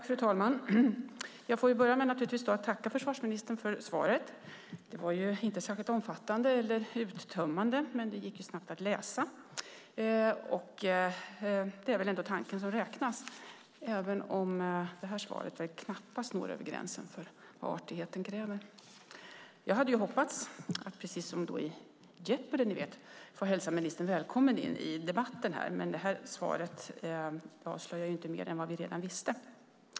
Fru talman! Jag får naturligtvis börja med att tacka försvarsministern för svaret. Det var inte särskilt omfattande eller uttömmande, men det gick ju snabbt att läsa, och det är väl ändå tanken som räknas även om det här svaret knappast når över gränsen för vad artigheten kräver. Jag hade hoppats, precis som i Jeopardy , att få hälsa ministern välkommen in i debatten, men det här svaret avslöjar inte mer än vad vi redan visste.